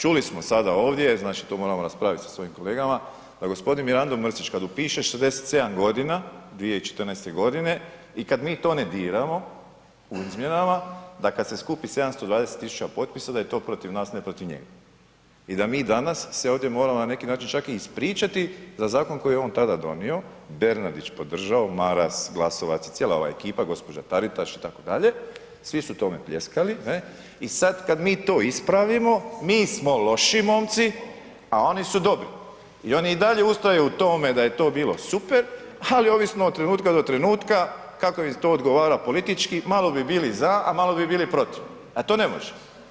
Čuli smo sada ovdje, znači to moramo raspraviti sa svojim kolegama, da g. Mirando Mrsić kad upiše 67 godina 2014. godine i kad mi to ne diramo u izmjenama da kad se skupi 720 tisuća potpisa, da je to protiv nas, a ne protiv njega i da mi danas se ovdje moramo na neki način čak i ispričati za zakon koji je on tada donio, Bernardić podržao, Maras, Glasovac i cijela ova ekipa, gđa. Taritaš, itd., svi su tome pljeskali, ne i sad kad mi to ispravimo, mi smo loši momci, a oni su dobri i oni i dalje ustraju u tome da je to bilo super, ali ovisno od trenutka do trenutka kako je to odgovara politički, malo bi bili za, a malo bi bili protiv, a to ne može.